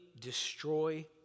destroy